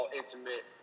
intimate